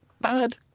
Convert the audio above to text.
Bad